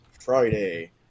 Friday